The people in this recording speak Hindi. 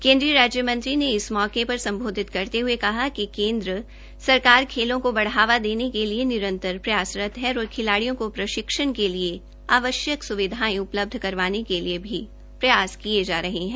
केन्द्रीय खेल राज्य मंत्री ने इस मौके पर संबोधित करते हए कहा कि केन्द्र सरकार खेलों को बढ़ावा देने के लिए निरंतर प्रयासरत है और खिलाडियों को प्रशिक्षण के लिए आवश्यक स्विधाएं उपलब्ध करवाने के लिए भी प्रयास किए जा रहे हैं